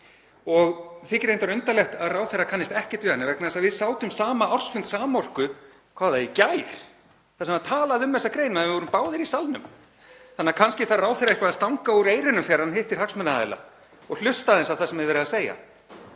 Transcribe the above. og þykir reyndar undarlegt að ráðherra kannist ekkert við hana, vegna þess að við sátum saman ársfund Samorku í gær þar sem var talað um þessa grein. Við vorum báðir í salnum. Þannig að kannski þarf ráðherra eitthvað að stanga úr eyrunum þegar hann hittir hagsmunaaðila og hlusta aðeins á það sem er verið að segja.